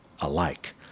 alike